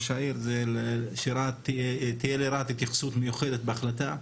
אנחנו מבקשים שתהיה לרהט התייחסות מיוחדת בהחלטה,